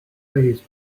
please